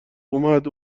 اومد